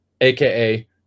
aka